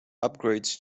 upgrades